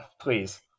please